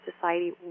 society